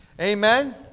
Amen